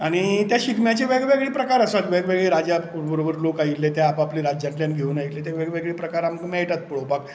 आनी त्या शिगम्याचे वेगवेगळे प्रकार आसात वेगवेगळे राजा बरोबर लोक आयिल्ले ते आप आपल्या राज्यांतल्यान घेवन आयिल्ले ते वेगवेगळे प्रकार आमकां मेळटात पळोवपाक